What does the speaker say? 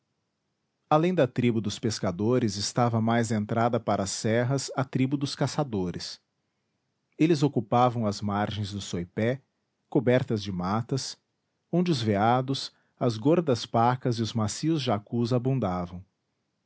além da tribo dos pescadores estava mais entrada para as serras a tribo dos caçadores eles ocupavam as margens do soipé cobertas de matas onde os veados as gordas pacas e os macios jacus